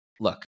Look